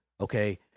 okay